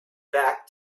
back